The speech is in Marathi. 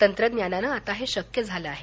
तंत्रज्ञानानं आता हे शक्य झालं आहे